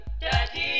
Daddy